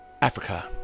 Africa